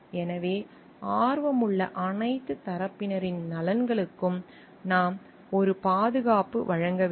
எனவே ஆர்வமுள்ள அனைத்து தரப்பினரின் நலன்களுக்கும் நாம் ஒரு பாதுகாப்பு வழங்க வேண்டும்